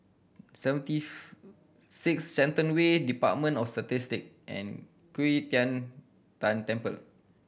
seventyth six Shenton Way Department of Statistic and Qi Tian Tan Temple